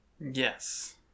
Yes